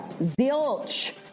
zilch